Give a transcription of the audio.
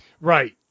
Right